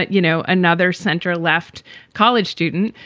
you know, another center left college student.